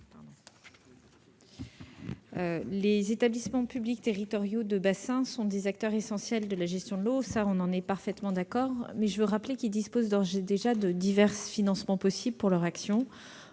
Les établissements publics territoriaux de bassin sont des acteurs essentiels de la gestion de l'eau, le Gouvernement en est parfaitement d'accord. Toutefois, je le rappelle, ils disposent d'ores et déjà de divers financements possibles pour leur action,